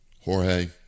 Jorge